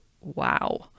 wow